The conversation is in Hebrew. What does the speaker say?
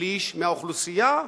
שליש מהאוכלוסייה,